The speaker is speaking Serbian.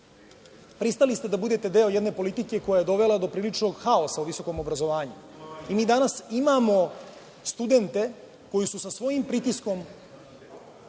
Pristali ste da budete deo jedne politike koja je dovela do priličnog haosa u visokom obrazovanju. Mi danas imamo studente koji su sa svojim pritiskom